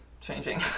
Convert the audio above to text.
changing